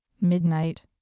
Midnight